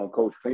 Coach